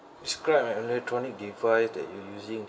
describe an electronic device that you're using